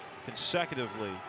consecutively